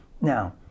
Now